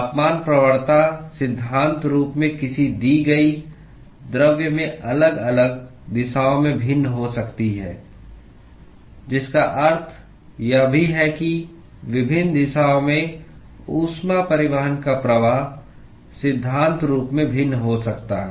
तापमान प्रवणता सिद्धांत रूप में किसी दी गई द्रव्य में अलग अलग दिशाओं में भिन्न हो सकती है जिसका अर्थ यह भी है कि विभिन्न दिशाओं में ऊष्मा परिवहन का प्रवाह सिद्धांत रूप में भिन्न हो सकता है